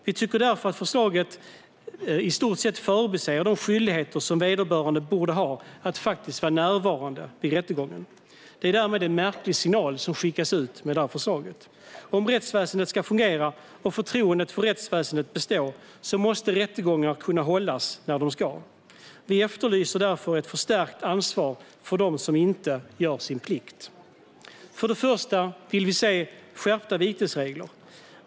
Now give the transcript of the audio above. Vi tycker därför att förslaget i stort sett förbiser de skyldigheter som vederbörande borde ha att faktiskt vara närvarande vid rättegången. Det är en märklig signal som förslaget skickar ut. Om rättsväsendet ska fungera och förtroendet för rättsväsendet bestå måste rättegångar kunna hållas när de ska. Vi efterlyser därför ett förstärkt ansvar för dem som inte gör sin plikt. För det första vill vi se skärpta vitesregler.